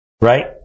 right